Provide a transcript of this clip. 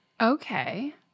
okay